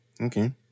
okay